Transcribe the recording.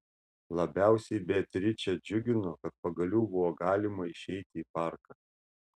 labiausiai beatričę džiugino kad pagaliau buvo galima išeiti į parką